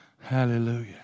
Hallelujah